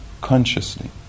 consciously